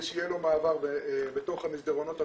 שיהיה לו מעבר בתוך המסדרונות עצמם.